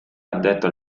addetto